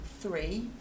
three